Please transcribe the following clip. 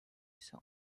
ise